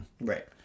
Right